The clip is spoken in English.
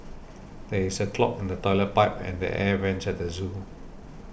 there is a clog in the Toilet Pipe and the Air Vents at the zoo